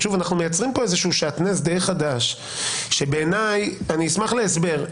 אנו מיצרים פה שעטנז די חדש שאשמח להסבר.